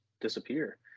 disappear